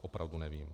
Opravdu nevím.